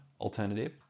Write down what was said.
alternative